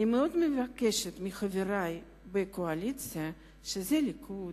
אני מאוד מבקשת מחברי בקואליציה, שזה הליכוד,